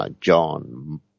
John